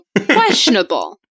questionable